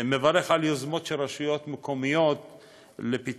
מברך על יוזמות של רשויות מקומיות לפיתוח